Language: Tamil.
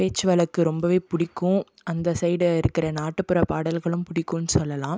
பேச்சு வழக்கு ரொம்ப பிடிக்கும் அந்த சைடு இருக்கிற நாட்டுப்புற பாடல்களும் பிடிக்கும்னு சொல்லலாம்